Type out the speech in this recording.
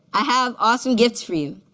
i have awesome gifts for you.